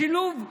לשילוב ערבים,